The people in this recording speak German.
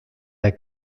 der